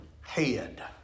head